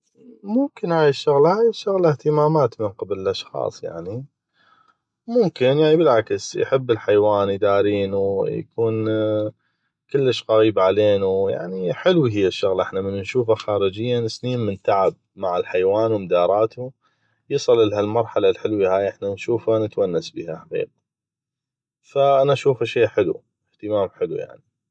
ممكن هاي الشغله هاي الشغله اهتمامات من قبل الاشخاص يعني ممكن يعني بالعكس يحب الحيوان يدارينو يكون كلش قغيب علينو حلوي هاي الشغله من نشوفه خارجيا سنين من تعب مع الحيوان ومداراتو يصل لهالمرحله الحلوي هاي احنا نشوفه نتونس بيها حقيقه ف انا اشوفه شي حلو اهتمام حلو يعني